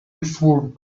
eastward